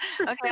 Okay